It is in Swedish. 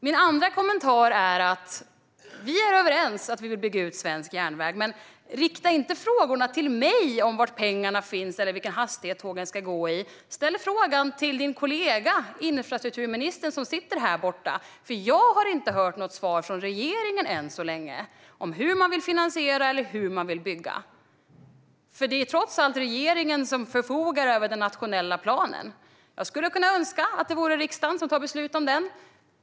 Min andra kommentar är att vi är överens om att vi vill bygga ut svensk järnväg. Men rikta inte frågorna om var pengarna finns eller vilken hastighet tågen ska gå i till mig, Karin Svensson Smith. Ställ frågorna till din kollega infrastrukturministern, som sitter där borta. Jag har än så länge inte hört något svar från regeringen om hur man vill finansiera eller hur man vill bygga. Det är trots allt regeringen som förfogar över den nationella planen. Jag skulle önska att det vore riksdagen som fattar beslut om den.